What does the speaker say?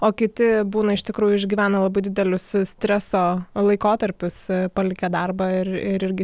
o kiti būna iš tikrųjų išgyvena labai didelius streso laikotarpius palikę darbą ir ir irgi